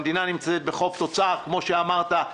המדינה נמצאת בחוב תוצר מצוין, כמו שאמרת.